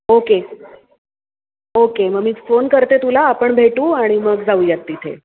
okay okay मग मी phone करते तुला आपण भेटू आणि मग जाऊयात तिथे